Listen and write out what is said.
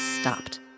stopped